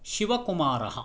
शिवकुमारः